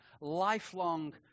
lifelong